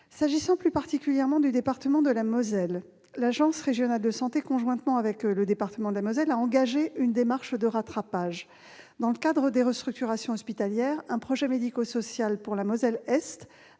S'agissant plus particulièrement du département de la Moselle, l'agence régionale de santé, conjointement avec le département, a engagé une démarche de rattrapage. Dans le cadre des restructurations hospitalières, un projet médico-social pour la Moselle-Est